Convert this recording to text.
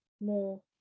more